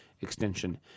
extension